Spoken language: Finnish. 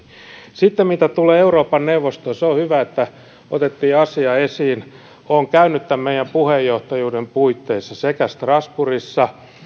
sitten mitä tulee euroopan neuvostoon on hyvä että otettiin asia esiin olen käynyt tämän meidän puheenjohtajuuden puitteissa sekä strasbourgissa